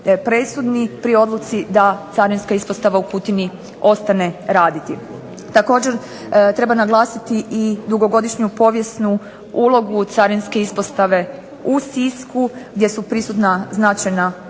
presudni pri odluci da Carinska ispostava u Kutini ostane raditi. Također treba naglasiti i dugogodišnju povijesnu ulogu Carinske ispostave u Sisku gdje su prisutna značajna ulaganja,